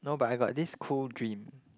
no but I got this cool dream